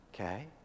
okay